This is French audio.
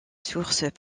sources